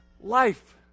life